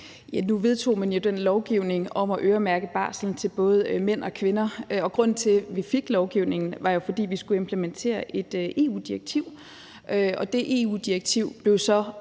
Nu vedtog man jo den lovgivning om at øremærke barslen til både mænd og kvinder, og grunden til, at vi fik lovgivningen, var jo, at vi skulle implementere et EU-direktiv. Det EU-direktiv blev så